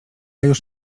już